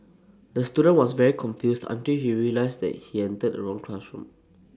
the student was very confused until he realised he entered wrong classroom